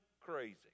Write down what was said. crazy